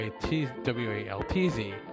W-A-L-T-Z